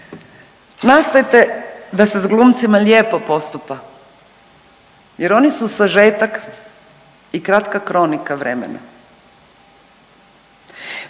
„Nastojte da se s glumcima lijepo postupa jer oni su sažetak i kratka kronika vremena.